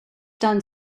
done